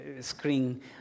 screen